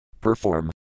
perform